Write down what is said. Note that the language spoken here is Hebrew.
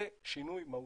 זה שינוי מהותי.